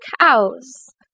cows